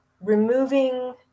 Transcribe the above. removing